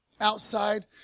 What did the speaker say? outside